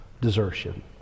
desertion